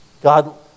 God